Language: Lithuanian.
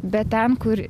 bet ten kur